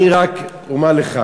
אני רק אומר לך,